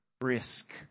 risk